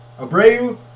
Abreu